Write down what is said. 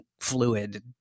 fluid